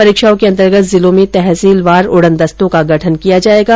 परीक्षाओं के अंतर्गत जिलों में तहसीलवार उड़नदस्तों का गठन किया जाएगा